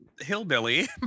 hillbilly